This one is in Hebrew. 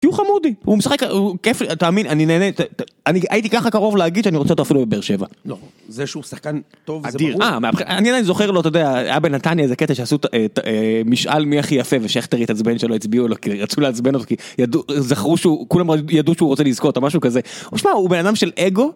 כי הוא חמודי, הוא משחק, הוא כיף, תאמין, אני נהנה את ה... אני הייתי ככה קרוב להגיד שאני רוצה אותו אפילו בבאר שבע. לא, זה שהוא שחקן טוב, זה ברור. אה, אני עדיין זוכר לו, אתה יודע, היה בנתניה איזה קטע שעשו את משאל מי הכי יפה ושכטר התעצבן שלא הצביעו לו, כי רצו לעצבן אותו, כי ידעו, זכרו שהוא, כולם ידעו שהוא רוצה לזכות, או משהו כזה. הוא שמע, הוא בן אדם של אגו.